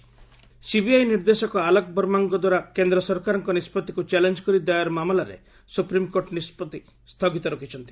SC CBI reserve CBI ନିର୍ଦ୍ଦେଶକ ଆଲୋକ ବର୍ମାଙ୍କ ଦ୍ୱାରା କେନ୍ଦ୍ର ସରକାରଙ୍କ ନିଷ୍ପଭିକୁ ଚ୍ୟାଲେଞ୍ଜ କରି ଦାୟର ମାମଲାରେ ସୁପ୍ରିମ୍କୋର୍ଟ ନିଷ୍ପଭି ସ୍ଥଗିତ ରଖିଛନ୍ତି